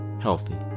healthy